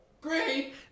Great